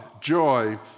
joy